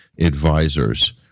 advisors